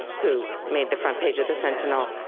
who made the front page of the sentinel,